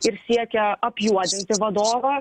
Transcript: ir siekia apjuodinti vadovą